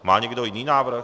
Má někdo jiný návrh?